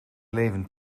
leven